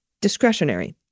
Discretionary